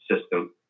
system